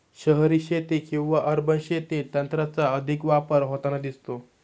शहरी शेती किंवा अर्बन शेतीत तंत्राचा अधिक वापर होताना दिसतो